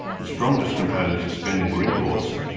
the strongest components of spending were imports,